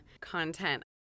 content